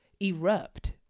erupt